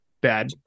bad